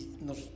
nos